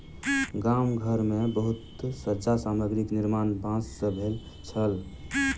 गाम घर मे बहुत सज्जा सामग्री के निर्माण बांस सॅ भेल छल